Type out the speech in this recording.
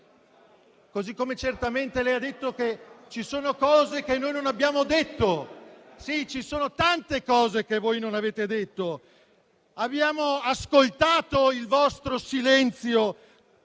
modo certamente lei ha detto che ci sono cose che noi non abbiamo detto. È vero, ci sono tante cose che voi non avete detto. Abbiamo ascoltato il vostro silenzio